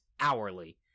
hourly